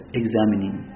examining